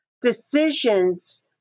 decisions